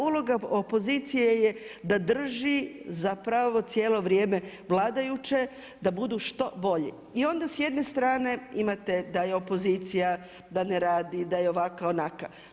Uloga opozicije je da drži zapravo cijelo vrijeme vladajuće da budu što bolji i onda s jedne strane imate da je opozicija da ne radi, da je ovakva, onakva.